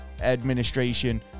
administration